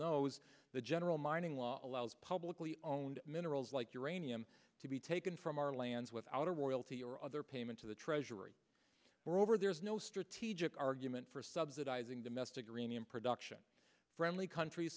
knows the general mining law allows publically owned minerals like uranium to be taken from our lands without a royalty or other payment to the treasury were over there is no strategic argument for subsidising domestic uranium production friendly countries